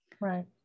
right